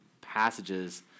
passages